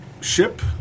Ship